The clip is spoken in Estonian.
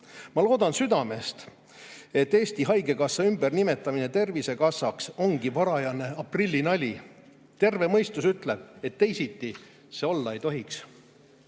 Ma loodan südamest, et Eesti Haigekassa ümbernimetamine Tervisekassaks ongi varajane aprillinali. Terve mõistus ütleb, et teisiti see olla ei tohiks.